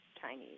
Chinese